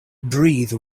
breathe